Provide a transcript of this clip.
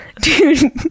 Dude